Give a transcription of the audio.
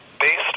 based